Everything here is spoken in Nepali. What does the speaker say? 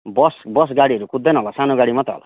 बस बस गाडीहरू कुद्दैन होला सानो गाडी मात्रै होला